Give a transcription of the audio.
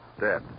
Dead